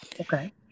Okay